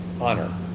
honor